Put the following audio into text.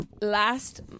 last